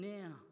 now